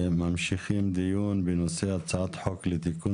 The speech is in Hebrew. ממשיכים דיון בנושא הצעת חוק לתיקון